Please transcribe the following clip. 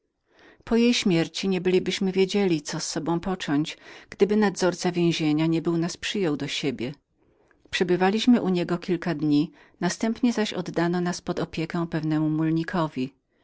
po jej śmierci nie bylibyśmy wiedzieli co z sobą począć gdyby nadzorca więzienia niebył nas przyjął do siebie przebyliśmy u niego kilka dni po których oddano nas w opiekę pewnemu mulnikowi ten